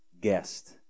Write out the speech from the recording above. guest